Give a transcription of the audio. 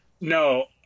No